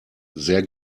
sehr